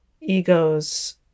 ego's